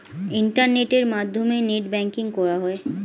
ইন্টারনেটের মাধ্যমে net banking করা হয়